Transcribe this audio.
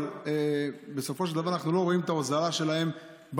אבל בסופו של דבר אנחנו לא רואים את ההוזלה שלהם במרכולים,